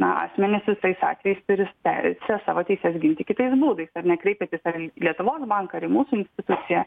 na asmenys visais atvejais turi teisę savo teises ginti kitais būdais ar ne kreiptis į ten lietuvos banką ar į mūsų instituciją